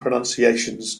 pronunciations